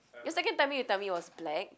your second time then you tell me it was black